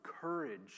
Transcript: courage